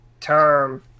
term